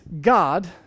God